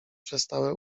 przestały